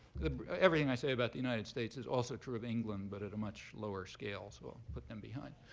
everything i say about the united states is also true of england, but at a much lower scale, so i'll put them behind,